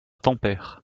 tampere